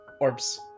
Orbs